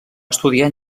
estudiar